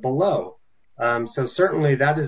below so certainly that is